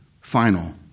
final